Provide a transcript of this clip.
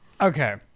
Okay